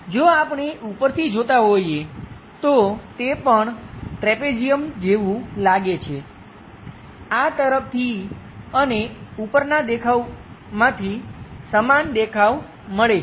જો આપણે ઉપરથી જોતા હોઈએ તો તે પણ ટ્રેપેઝિયમ જેવું લાગે છે આ તરફથી અને ઉપરના દેખાવમાંથી સમાન દેખાવ મળે છે